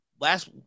last